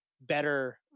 better